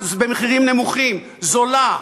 במחירים נמוכים, בנייה זולה,